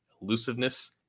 elusiveness